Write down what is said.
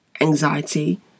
anxiety